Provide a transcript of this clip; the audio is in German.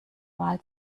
wahl